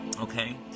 Okay